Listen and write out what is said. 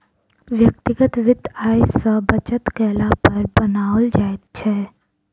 व्यक्तिगत वित्त आय सॅ बचत कयला पर बनाओल जाइत छै